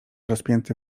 rozpięty